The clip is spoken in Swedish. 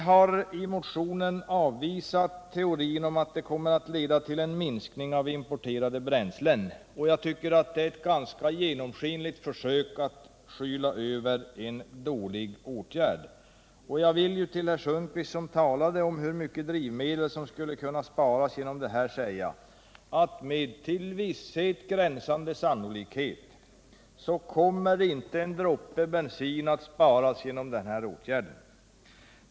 Vi har i motionen avvisat teorin om att bensinskattehöjningen kommer att leda till en minskning av importerade bränslen. Jag tycker det är ett ganska genomskinligt försök att skyla över en dålig teori. Jag vill till herr Sundkvist, som talade om hur mycket drivmedel som skulle kunna sparas genom denna höjning, säga att med till visshet gränsande sannolikhet kommer inte en droppe bensin att sparas genom den här åtgärden.